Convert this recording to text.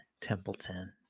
Templeton